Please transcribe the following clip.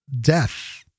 death